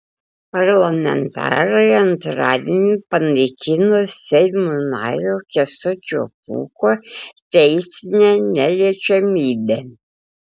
parlamentarai antradienį panaikino seimo nario kęstučio pūko teisinę neliečiamybę